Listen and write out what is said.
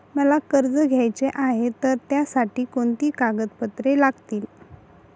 मला कर्ज घ्यायचे आहे तर त्यासाठी कोणती कागदपत्रे लागतील?